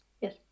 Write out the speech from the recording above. Yes